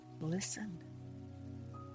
Listen